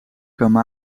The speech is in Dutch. kan